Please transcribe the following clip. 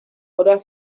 other